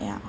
ya